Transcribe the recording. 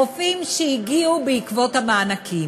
רופאים שהגיעו בעקבות המענקים.